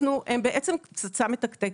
הם בעצם פצצה מתקתקת.